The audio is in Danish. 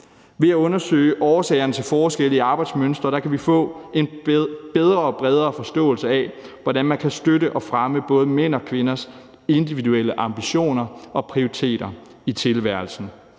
Ved at undersøge årsagerne til forskelle i arbejdsmønstre kan vi få en bedre og bredere forståelse af, hvordan man kan støtte og fremme både mænds og kvinders individuelle ambitioner og prioriteter i tilværelsen.